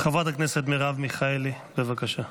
חברת הכנסת מרב מיכאלי, בבקשה.